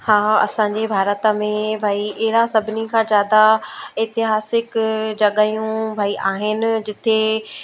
हा असांजे भारत में भई अहिड़ा सभिनी खां ज़्यादह एतिहासिक जॻहियूं भई आहिनि जिते